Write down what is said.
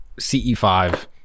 CE5